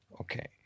Okay